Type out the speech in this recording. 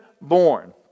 born